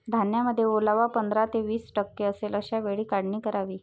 धान्यामध्ये ओलावा पंधरा ते वीस टक्के असेल अशा वेळी काढणी करावी